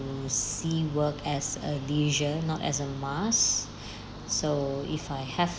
see work as a leisure not as a must so if I have